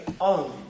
own